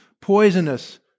poisonous